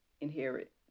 inherit